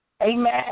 Amen